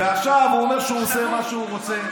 ועכשיו הוא אומר שהוא עושה מה שהוא רוצה.